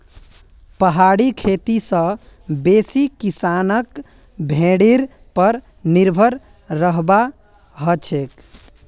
पहाड़ी खेती स बेसी किसानक भेड़ीर पर निर्भर रहबा हछेक